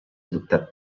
adoptat